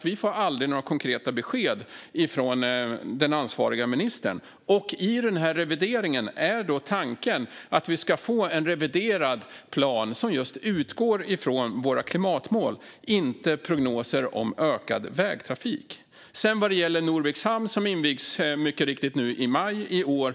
Vi får aldrig några konkreta besked från den ansvariga ministern. Är tanken att vi med revideringen ska få en reviderad plan som utgår från våra klimatmål, inte prognoser om ökad vägtrafik? Norviks hamn invigs mycket riktigt i maj i år.